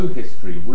history